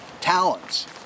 talents